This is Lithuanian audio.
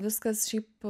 viskas šiaip